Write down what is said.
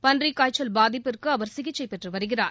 பன்றிக் காய்ச்சல் பாதிப்புக்கு அவர் சிகிச்சை பெற்று வருகிறார்